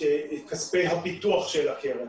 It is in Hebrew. כספי הפיתוח של הקרן.